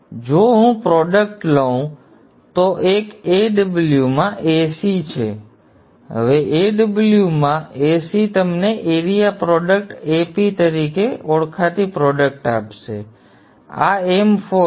તેથી જો હું પ્રોડક્ટ લઉં તો એક Aw માં Ac છે હવે Aw માં Ac તમને એરિયા પ્રોડક્ટ Ap તરીકે ઓળખાતી પ્રોડક્ટ આપશે આ m4 છે